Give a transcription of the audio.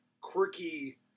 quirky